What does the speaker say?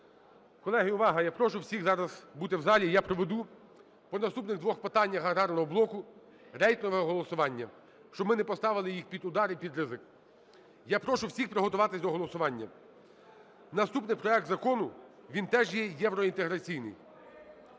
Колеги, увага я прошу всіх зараз бути в залі, я проведу по наступним двом питанням аграрного блоку рейтингове голосування, щоб ми не поставили їх під удар і під ризик. Я прошу всіх приготуватись до голосування. Наступний проект закону, він теж є євроінтеграційний,